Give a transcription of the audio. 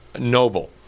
noble